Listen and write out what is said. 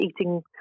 eating